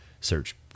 search